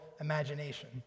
imagination